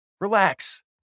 Relax